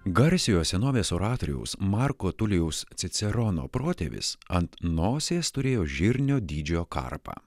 garsiojo senovės oratoriaus marko tulijaus cicerono protėvis ant nosies turėjo žirnio dydžio karpą